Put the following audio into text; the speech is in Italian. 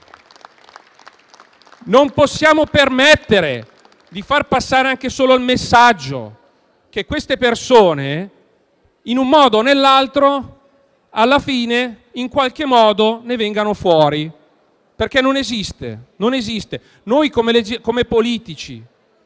Non possiamo permettere di far passare anche solo il messaggio che queste persone, in un modo o nell'altro, alla fine in qualche modo ne vengano fuori. Non esiste. Come politici,